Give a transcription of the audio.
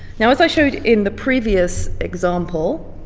now as i showed in the previous example,